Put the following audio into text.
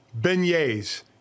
beignets